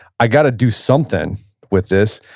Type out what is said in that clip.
i got to do something with this.